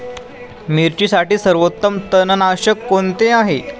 मिरचीसाठी सर्वोत्तम तणनाशक कोणते आहे?